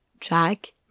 Jack